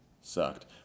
Sucked